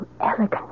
elegant